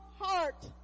heart